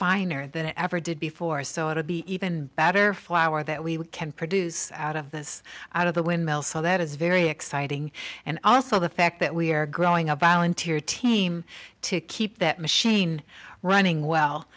finer than it ever did before so it would be even better flour that we can produce out of this out of the wind mill so that is very exciting and also the fact that we are growing up volunteer team to keep that machine running well